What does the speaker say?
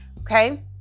Okay